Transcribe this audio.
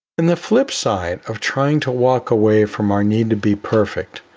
and the flip side of trying to walk away from our need to be perfect,